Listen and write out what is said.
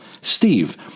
Steve